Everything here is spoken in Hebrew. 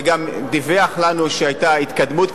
וגם דיווח לנו שהיתה התקדמות,